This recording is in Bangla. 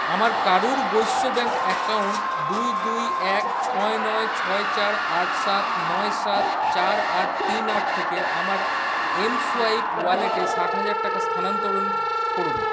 আমার কারুর বৈশ্য ব্যাংক অ্যাকাউন্ট দুই দুই এক ছয় নয় ছয় চার আট সাত নয় সাত চার আট তিন আট থেকে আমার এমসোয়াইপ ওয়ালেটে ষাট হাজার টাকা স্থানান্তরণ করুন